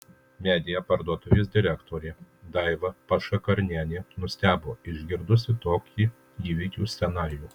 media parduotuvės direktorė daiva pašakarnienė nustebo išgirdusi tokį įvykių scenarijų